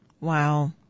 Wow